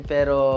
Pero